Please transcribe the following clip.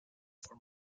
for